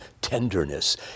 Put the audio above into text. tenderness